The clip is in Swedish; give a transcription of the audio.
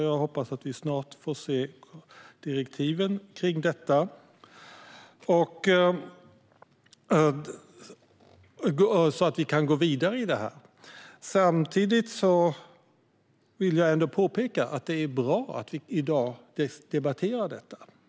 Jag hoppas att vi snart får se direktiven för den så att vi kan gå vidare med detta. Samtidigt vill jag påpeka att det är bra att vi i dag debatterar detta.